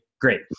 great